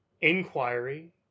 inquiry